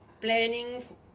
planning